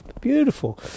beautiful